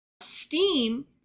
Steam